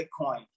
Bitcoin